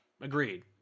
agreed